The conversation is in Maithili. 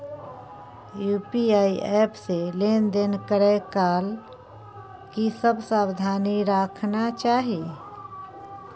यु.पी.आई एप से लेन देन करै काल की सब सावधानी राखना चाही?